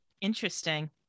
Interesting